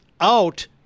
out